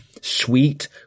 sweet